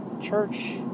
church